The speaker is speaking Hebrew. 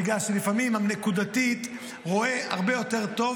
בגלל שלפעמים הנקודתי רואה הרבה יותר טוב